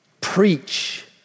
preach